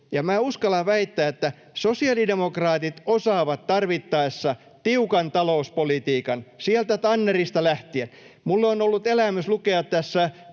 uskallan väittää, että sosiaalidemokraatit osaavat tarvittaessa tiukan talouspolitiikan sieltä Tannerista lähtien. Minulle on ollut elämys lukea